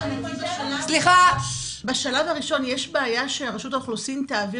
בשלב הראשון יש בעיה שרשות האוכלוסין תעביר